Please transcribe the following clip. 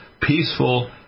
peaceful